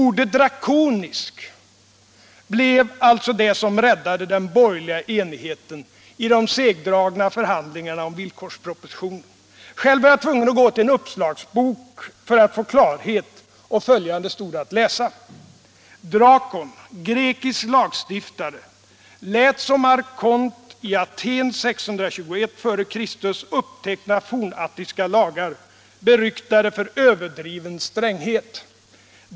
Ordet ”drakonisk” blev alltså det som räddade den borgerliga enheten i de segdragna förhandlingarna om villkorspropositionen. Själv var jag 39 tvungen att gå till en uppslagsbok för att få klarhet. Följande stod att läsa: ”Drakon, grek. lagstiftare, lät som arkont i Aten 621 f. Kr. uppteckna fornattiska lagar, beryktade för överdriven stränghet.